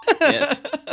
Yes